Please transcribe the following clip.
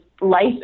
life